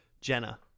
Jenna